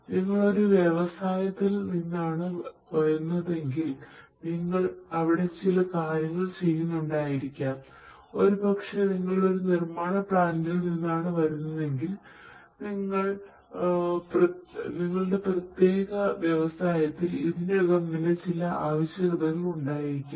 നിങ്ങൾ ഒരു വ്യവസായത്തിൽ നിന്നാണ് വരുന്നതെങ്കിൽ നിങ്ങൾ അവിടെ ചില കാര്യങ്ങൾ ചെയ്യുന്നുണ്ടായിരിക്കാം ഒരുപക്ഷേ നിങ്ങൾ ഒരു നിർമ്മാണ പ്ലാന്റിൽ നിന്നാണ് വരുന്നതെങ്കിൽ നിങ്ങളുടെ പ്രത്യേക വ്യവസായത്തിൽ ഇതിനകം തന്നെ ചില ആവശ്യകതകൾ ഉണ്ടായിരിക്കാം